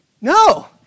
No